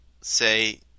say